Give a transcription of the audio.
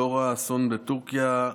לנוכח האסון בטורקיה,